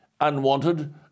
unwanted